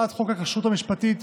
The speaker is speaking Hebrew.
הצעת חוק הכשרות המשפטית